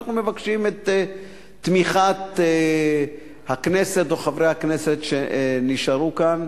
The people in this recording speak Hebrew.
ואנחנו מבקשים את תמיכת חברי הכנסת שנשארו כאן.